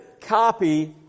copy